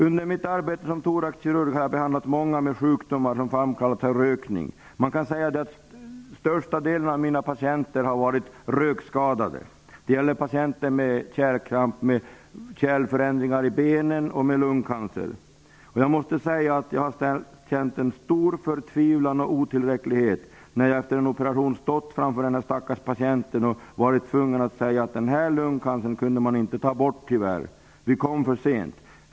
Under mitt arbete såsom thoraxkirurg har jag behandlat många personer med sjukdomar som har framkallats av rökning. Största delen av mina patienter har varit rökskadade. Det gäller patienter med kärlkramp, kärlförändringar i benen och lungcancer. Jag måste säga att jag har känt stor förtvivlan och otillräcklighet, när jag efter en operation har stått framför den stackars patienten och varit tvungen att säga att lungcancern tyvärr inte gick att ta bort, eftersom vi kom för sent.